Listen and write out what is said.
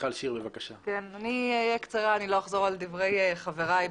אני אהיה קצרה ולא אחזור על דברי חבריי.